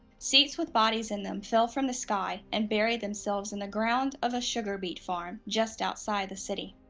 seats with bodies in them fell from the sky and buried themselves in the ground of a sugar beet farm just outside the city.